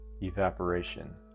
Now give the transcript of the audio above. evaporation